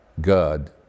God